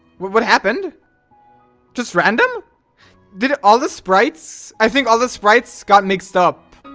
what what happened just random did it all the sprites. i think all the sprites got mixed up